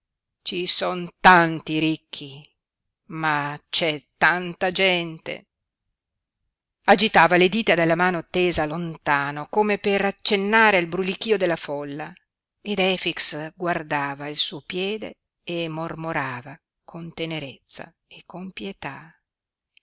ci son tanti ricchi ma c'è tanta gente agitava le dita della mano tesa lontano come per accennare al brulichio della folla ed efix guardava il suo piede e mormorava con tenerezza e con pietà